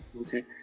Okay